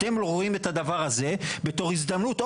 אתם רואים את הדבר הזה בתור הזדמנות.